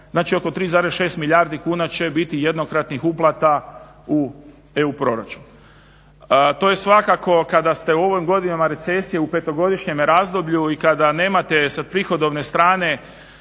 znači oko 3,6 milijardi kuna će biti jednokratnih uplata u EU proračun. To je svakako kada ste u ovim godinama recesije u petogodišnjem razdoblju i kada nemate sa prihodovne strane